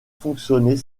fonctionner